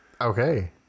Okay